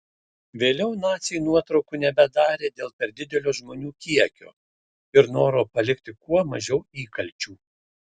vėliau naciai nuotraukų nebedarė dėl per didelio žmonių kiekio ir noro palikti kuo mažiau įkalčių